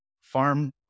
farm